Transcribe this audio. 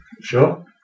sure